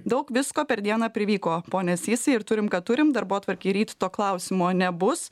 daug visko per dieną privyko pone sysai ir turim ką turim darbotvarkėj ryt to klausimo nebus